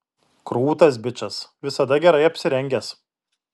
krūtas bičas visada gerai apsirengęs